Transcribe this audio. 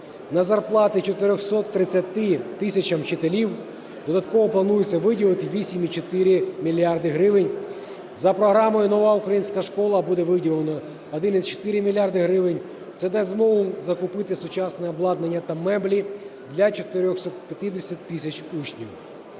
На зарплати 430 тисячам вчителів додатково планується виділити 8,4 мільярда гривень. За програмою "Нова українська школа" буде виділено 1,4 мільярда гривень. Це дасть змогу закупити сучасне обладнання та меблі для 450 тисяч учнів.